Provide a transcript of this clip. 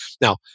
Now